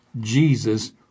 Jesus